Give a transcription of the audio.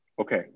Okay